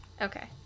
Okay